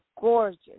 gorgeous